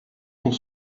pour